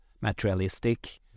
materialistic